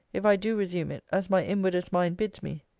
if i do resume it as my inwardest mind bids me.